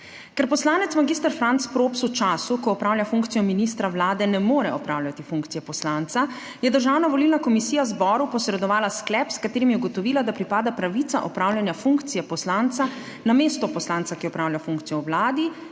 Ker poslanec mag. Franc Props v času, ko opravlja funkcijo ministra vlade, ne more opravljati funkcije poslanca, je Državna volilna komisija zboru posredovala sklep, s katerim je ugotovila, da pripada pravica opravljanja funkcije poslanca namesto poslanca, ki opravlja funkcijo v vladi,